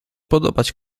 podobać